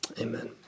Amen